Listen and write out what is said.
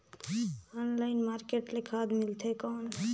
Online market ले खाद मिलथे कौन?